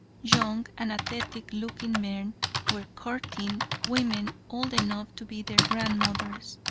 young and athletic looking men were courting women old enough to be their grandmothers.